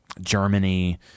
Germany